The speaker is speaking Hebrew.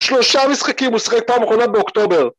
שלושה משחקים הוא שיחק פעם אחרונה באוקטובר